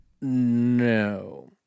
No